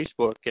Facebook